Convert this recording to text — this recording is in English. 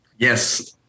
Yes